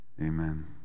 amen